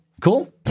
Cool